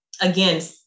again